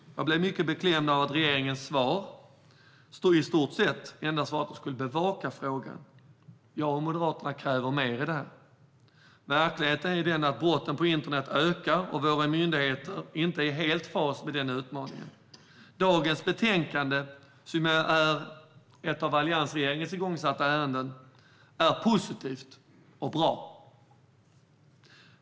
Jag blev mycket beklämd av att regeringens svar, i stort sett, endast var att den skulle bevaka frågan. Jag och Moderaterna kräver mer. Verkligheten är den att brotten på internet ökar, och våra myndigheter är inte helt i fas med den utmaningen. Detta betänkande, som är ett av alliansregeringens igångsatta ärenden, är positivt och bra.